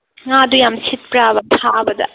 ꯉꯥꯗꯨ ꯌꯥꯝ ꯁꯤꯠꯄ꯭ꯔꯥꯕ ꯐꯥꯕꯗ